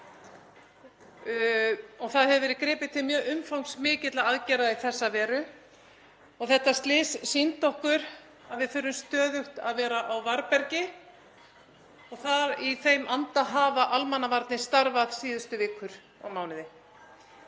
Það hefur verið gripið til mjög umfangsmikilla aðgerða í þessa veru. Þetta slys sýndi okkur að við þurfum stöðugt að vera á varðbergi og í þeim anda hafa almannavarnir starfað síðustu vikur og mánuði.